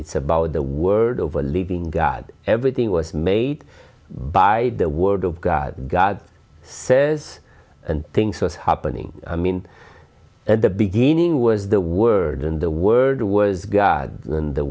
it's about the word of a living god everything was made by the word of god god says and things was happening i mean at the beginning was the word and the word was god and the